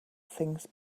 things